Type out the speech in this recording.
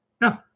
No